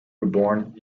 reborn